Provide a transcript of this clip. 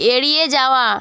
এড়িয়ে যাওয়া